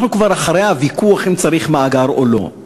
אנחנו כבר אחרי הוויכוח אם צריך מאגר או לא.